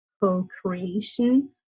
co-creation